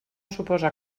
suposa